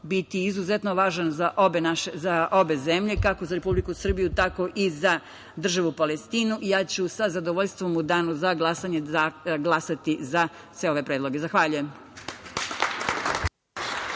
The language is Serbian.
biti izuzetno važan za obe zemlje, kako za Republiku Srbiju tako i za državu Palestinu, i ja ću sa zadovoljstvom u danu za glasanje glasati za sve ove predloge. Zahvaljujem.